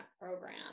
program